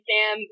Sam